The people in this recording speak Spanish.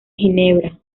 ginebra